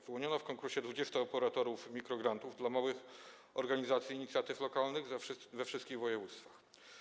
Wyłoniono w konkursie 20 operatorów mikrograntów dla małych organizacji i inicjatyw lokalnych we wszystkich województwach.